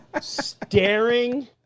staring